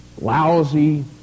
lousy